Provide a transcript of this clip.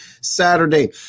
Saturday